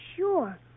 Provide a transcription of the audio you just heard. Sure